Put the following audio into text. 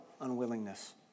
unwillingness